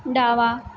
डावा